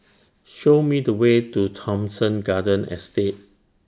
Show Me The Way to Thomson Garden Estate